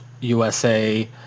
USA